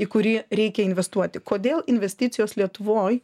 į kurį reikia investuoti kodėl investicijos lietuvoj